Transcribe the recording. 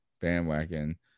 bandwagon